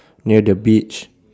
near the beach